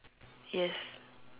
yes